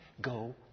go